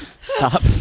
Stop